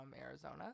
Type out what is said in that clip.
Arizona